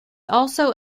also